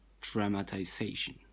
dramatization